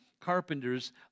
carpenters